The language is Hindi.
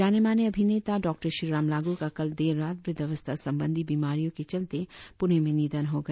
जानेमाने अभिनेता डॉक्टर श्रीराम लागू का कल देर रात वृद्धावस्था संबंधी बीमारियों के चलते पूणे में निधन हो गया